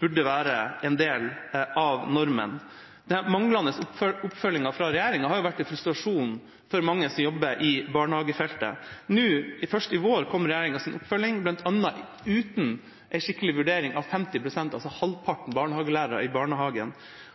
burde være en del av normen. Manglende oppfølging fra regjeringas side har jo vært en frustrasjon for mange som jobber på barnehagefeltet. Nå, først i vår, kom regjeringas oppfølging, bl.a. uten en skikkelig vurdering når det gjelder 50 pst., altså halvparten, barnehagelærere i barnehagen.